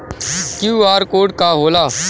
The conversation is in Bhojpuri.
क्यू.आर कोड का होला?